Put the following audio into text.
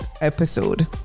episode